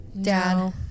Dad